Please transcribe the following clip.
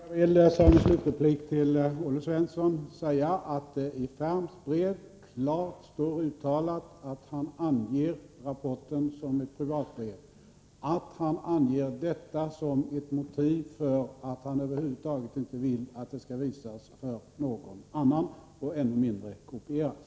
Fru talman! Jag vill som slutreplik till Olle Svensson säga att det i Ferms brev klart står uttalat att han anger rapporten som ett privatbrev, och att han anger detta som ett motiv för att han över huvud taget inte vill att brevet skall visas för någon annan än Olof Palme och än mindre kopieras.